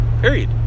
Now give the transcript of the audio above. Period